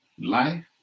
Life